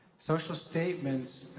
social statements,